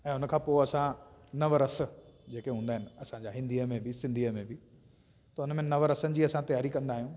ऐं उनखां पोइ असां नवरस जेके हूंदा आहिनि असांजा हिंदीअ में बि सिंधीअ में बि त उनमें नवरसनि जी असां तयारी कंदा आहियूं